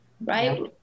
right